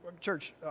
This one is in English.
church